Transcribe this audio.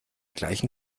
gleichen